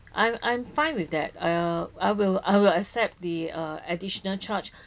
I'm I'm fine with that uh I will I will accept the err additional charge